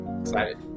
Excited